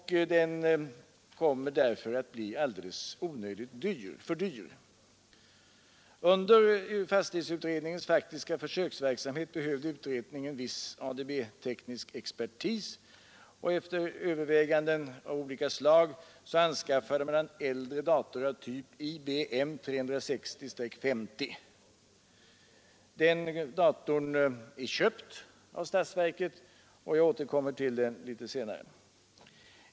Den kommer därför att bli alldeles onödigt dyr. Under fastighetsutredningens faktiska försöksverksamhet behövde utredningen viss ADB-teknisk expertis till hjälp. Efter diverse överväganden anskaffades en äldre dator av typ IBM 360/50. Den datorn är köpt av statsverket, och jag återkommer till den litet senare.